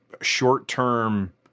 short-term